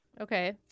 Okay